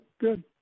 good